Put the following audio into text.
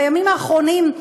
בימים האחרונים,